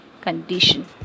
condition